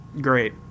Great